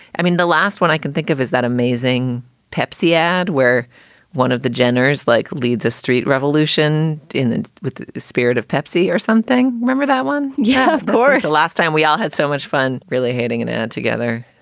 i mean, the last one i can think of is that amazing pepsi ad where one of the jenners like leads a street revolution in the spirit of pepsi or something. remember that one? yeah, of course. the last time we all had so much fun really hating an ad together.